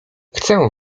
chcę